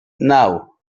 now